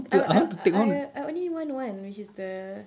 I I I I I only want one which is the